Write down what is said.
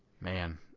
man